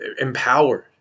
empowered